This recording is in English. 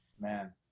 man